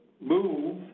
move